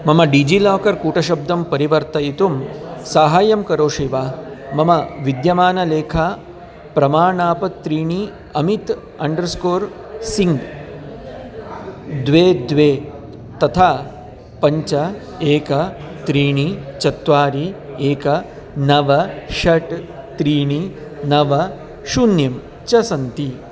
मम डिजिलाकर् कूटशब्दं परिवर्तयितुं सहायं करोषि वा मम विद्यमानलेखा प्रमाणपत्राणि अमित् अण्डर् स्कोर् सिङ्ग् द्वे द्वे तथा पञ्च एकं त्रीणि चत्वारि एकं नव षट् त्रीणि नव शून्यं च सन्ति